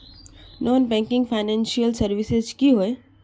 Non banking financial services की होय?